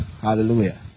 hallelujah